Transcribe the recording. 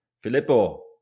Filippo